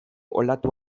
olatu